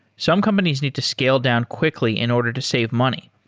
some companies need to scale down quickly in order to save money,